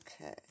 okay